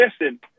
listen